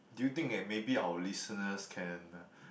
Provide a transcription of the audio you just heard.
do you think that maybe our listeners can